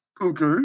Okay